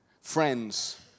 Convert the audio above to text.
friends